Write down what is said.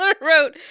wrote